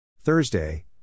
Thursday